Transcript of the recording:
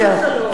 בסדר,